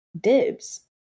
Dibs